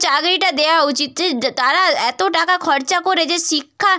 চাকরিটা দেওয়া উচিত যে তারা এত টাকা খরচা করে যে শিক্ষা